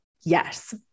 yes